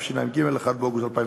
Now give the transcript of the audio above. דוקטורט?